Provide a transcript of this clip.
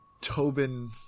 Tobin